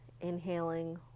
inhaling